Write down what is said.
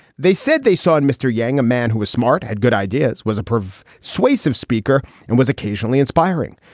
they said they saw in mr. yang a man who was smart, had good ideas, was a pair of sways of speaker, and was occasionally inspiring.